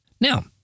Now